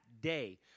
day